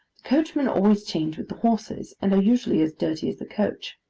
coachmen always change with the horses, and are usually as dirty as the coach.